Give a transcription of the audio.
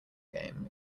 game